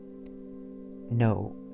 No